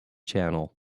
channel